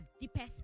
deepest